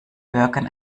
bürgern